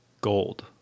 gold